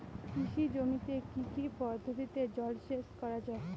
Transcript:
কৃষি জমিতে কি কি পদ্ধতিতে জলসেচ করা য়ায়?